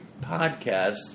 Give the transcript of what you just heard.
podcast